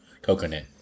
Coconut